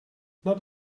not